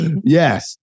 Yes